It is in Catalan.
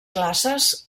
classes